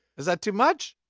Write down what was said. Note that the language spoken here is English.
is that too much?